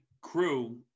crew